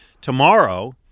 tomorrow